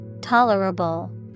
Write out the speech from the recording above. Tolerable